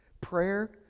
prayer